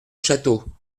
château